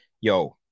yo